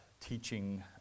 teaching